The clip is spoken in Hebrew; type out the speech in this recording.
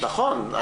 נכון.